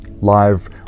live